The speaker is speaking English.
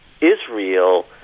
Israel